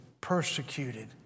persecuted